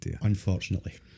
unfortunately